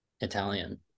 Italian